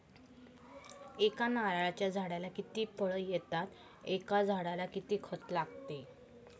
एका नारळाच्या झाडाला किती फळ येतात? एका झाडाला किती खत लागते?